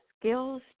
skills